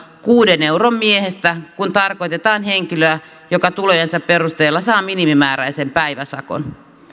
kuuden euron miehestä kun tarkoitetaan henkilöä joka tulojensa perusteella saa minimääräisen päiväsakon